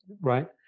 right